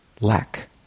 lack